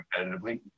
competitively